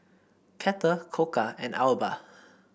Kettle Koka and Alba